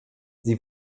sie